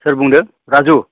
सोर बुंदों राजु